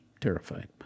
terrified